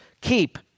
keep